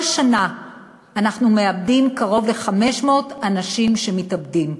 כל שנה אנחנו מאבדים קרוב ל-500 אנשים שמתאבדים.